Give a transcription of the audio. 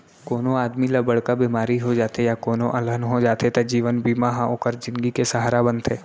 कोनों आदमी ल बड़का बेमारी हो जाथे या कोनों अलहन हो जाथे त जीवन बीमा ह ओकर जिनगी के सहारा बनथे